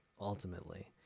ultimately